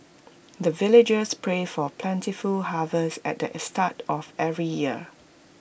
the villagers pray for plentiful harvest at the start of every year